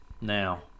now